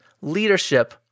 leadership